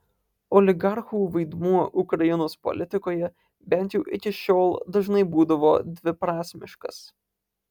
oligarchų vaidmuo ukrainos politikoje bent jau iki šiol dažnai būdavo dviprasmiškas